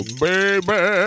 baby